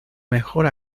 mejor